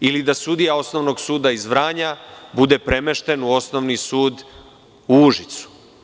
Ili da sudija Osnovnog suda iz Vranja bude premešten u Osnovni sud u Užicu.